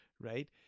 right